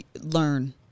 Learn